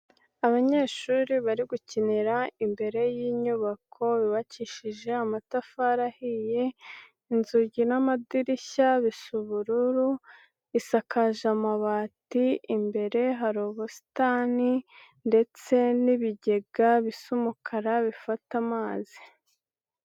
Abanyeshuri bari gukinira imbere y'inyubako yubakishije amatafari ahiye, inzugi n'amadirishya bisa ubururu, isakaje amabati, imbere hari ubusitani ndetse n'ibigega bisa umukara bifata amazi.